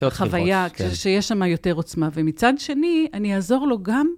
חוויה שיש שם יותר עוצמה, ומצד שני, אני אעזור לו גם.